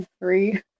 Three